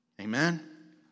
Amen